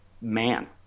man